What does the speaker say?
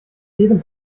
jedem